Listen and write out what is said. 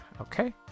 okay